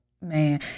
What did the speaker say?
man